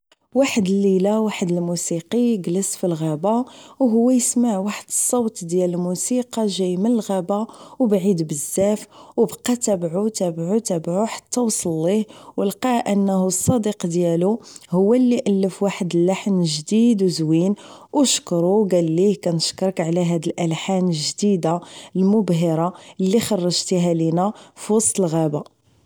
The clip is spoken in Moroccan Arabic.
واحد الليلة واحد الموسيقي كلس فالغابة و هو يسمع واحد الصوت ديال الموسيقى جاي من الغابة و بعيد بزاف وبقا تابعو تابعو تابعو حتى وصل ليه لقاه انه الصديق ديالو هو اللي الف واحد اللحن جديد وزوين وشكرو و كاليه نشكرك على هاد الالحان الجديدة المبهرة اللي خرجتيها لينا فوسط الغاية